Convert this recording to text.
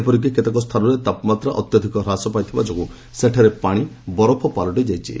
ଏପରିକି କେତେକ ସ୍ଥାନରେ ତାପମାତ୍ରା ଅତ୍ୟଧିକ ହ୍ରାସ ପାଇଥିବା ଯୋଗୁଁ ସେଠାରେ ପାଣି ବରଫ ପାଲଟି ଯାଇଛି